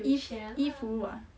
衣衣服啊